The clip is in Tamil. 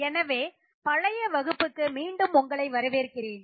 எனவே பழைய வகுப்புக்கு மீண்டும் உங்களை வரவேற்கிறேன்